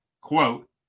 Quote